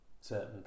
certain